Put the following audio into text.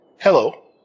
Hello